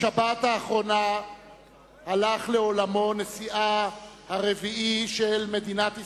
בשבת האחרונה הלך לעולמו נשיאה הרביעי של מדינת ישראל,